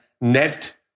net